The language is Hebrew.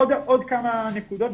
עוד כמה נקודות,